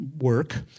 work